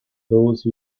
those